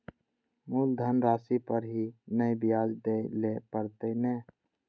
मुलधन राशि पर ही नै ब्याज दै लै परतें ने?